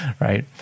right